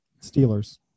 Steelers